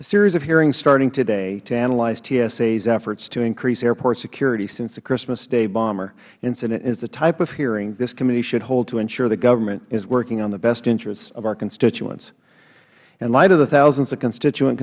a series of hearings starting today to analyze tsa's efforts to increase airport security since the christmas day bomber incident is the type of hearing this committee should hold to ensure the government is working on the best interests of our constituents in light of the thousands of constituent